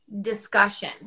discussion